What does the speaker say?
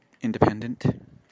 independent